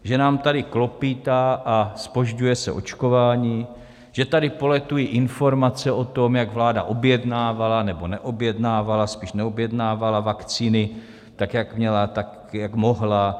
Že nám tady klopýtá a zpožďuje se očkování, že tady poletují informace o tom, jak vláda objednávala nebo neobjednávala, spíš neobjednávala vakcíny tak, jak měla, tak jak mohla.